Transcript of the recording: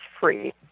free